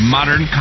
Modern